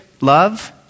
love